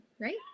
right